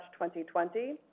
2020